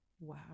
Wow